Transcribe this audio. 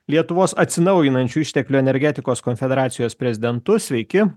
lietuvos atsinaujinančių išteklių energetikos konfederacijos prezidentu sveiki